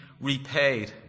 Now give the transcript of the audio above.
repaid